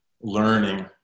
learning